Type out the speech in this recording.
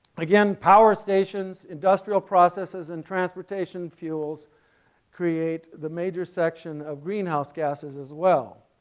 again power stations, industrial processes and transportation fuels create the major section of greenhouse gases as well.